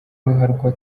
ruharwa